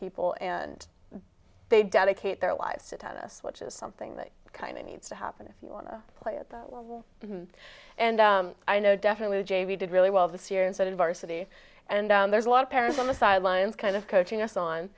people and they dedicate their lives to tennis which is something that kind of needs to happen if you want to play at that and i know definitely the j v did really well this year instead of our city and there's a lot of parents on the sidelines kind of coaching us on